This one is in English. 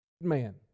man